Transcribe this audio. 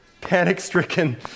panic-stricken